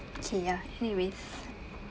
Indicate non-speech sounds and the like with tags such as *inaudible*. okay ya anyway *breath*